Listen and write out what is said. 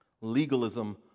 legalism